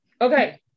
okay